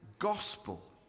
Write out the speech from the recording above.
gospel